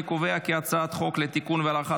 אני קובע כי הצעת חוק לתיקון ולהארכת